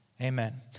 Amen